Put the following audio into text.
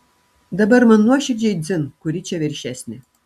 dabar man nuoširdžiai dzin kuri čia viršesnė